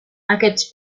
aquests